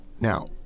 Now